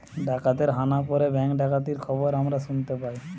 ডাকাতের হানা পড়ে ব্যাঙ্ক ডাকাতির খবর আমরা শুনতে পাই